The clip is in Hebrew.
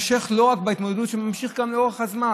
ובהמשך, לא רק בהתמודדות, זה ממשיך גם לאורך הזמן.